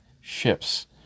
ships